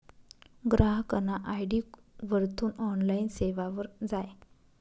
ग्राहकना आय.डी वरथून ऑनलाईन सेवावर जाय